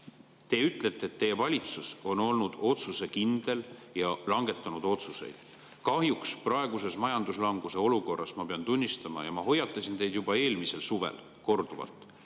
Te ütlete, et teie valitsus on olnud otsusekindel ja langetanud otsuseid. Kahjuks pean ma praeguses majanduslanguse olukorras tunnistama – ma hoiatasin teid juba eelmisel suvel korduvalt